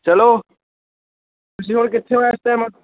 ਚਲੋ ਤੁਸੀਂ ਹੁਣ ਕਿੱਥੇ ਹੋ ਇਸ ਟਾਈਮ